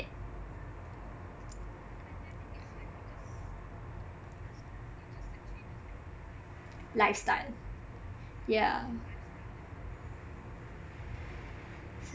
lifestyle yah